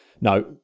no